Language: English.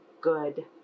good